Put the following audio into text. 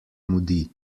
mudi